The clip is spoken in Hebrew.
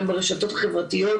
גם ברשתות החברתיות,